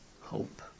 Hope